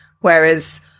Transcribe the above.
Whereas